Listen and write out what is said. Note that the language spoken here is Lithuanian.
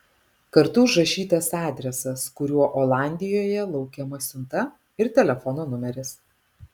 kartu užrašytas adresas kuriuo olandijoje laukiama siunta ir telefono numeris